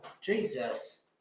jesus